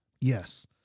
Yes